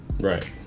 Right